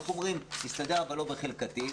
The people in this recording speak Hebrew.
תסתדר אבל לא בחלקתי.